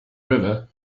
river